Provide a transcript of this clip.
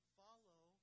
follow